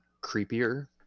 creepier